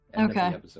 Okay